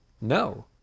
No